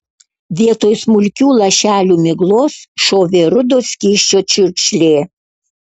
vietoj smulkių lašelių miglos šovė rudo skysčio čiurkšlė